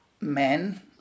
men